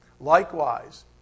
Likewise